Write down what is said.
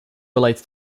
relates